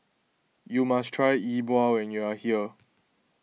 you must try E Bua when you are here